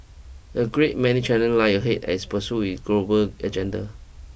a great many challenge lie ahead as pursue it global agenda